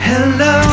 Hello